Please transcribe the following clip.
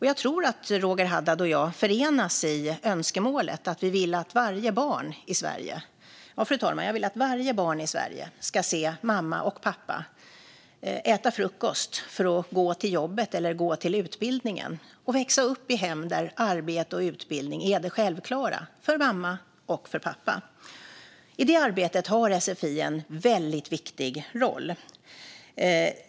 Jag tror att Roger Haddad och jag förenas i önskemålet att vi vill att varje barn i Sverige, fru talman, ska se mamma och pappa äta frukost för att sedan gå till jobbet eller till utbildningen. De ska växa upp i hem där arbete och utbildning är det självklara för mamma och pappa. I det arbetet har sfi en väldigt viktig roll.